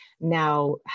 Now